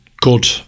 good